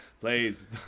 Please